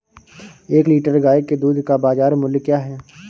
एक लीटर गाय के दूध का बाज़ार मूल्य क्या है?